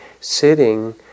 sitting